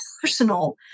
personal